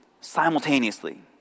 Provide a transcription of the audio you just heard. simultaneously